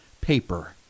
paper